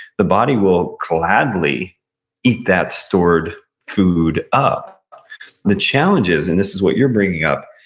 the body will gladly eat that stored food up the challenge is, and this is what you're bringing up,